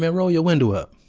roll your window up.